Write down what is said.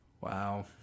Wow